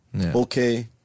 okay